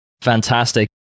Fantastic